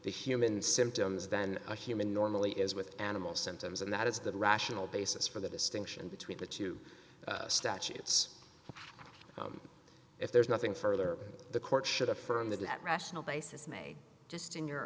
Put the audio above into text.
the human symptoms than a human normally is with animal symptoms and that is the rational basis for the distinction between the two statutes and if there's nothing further the court should affirm that that rational basis may just in your